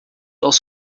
aus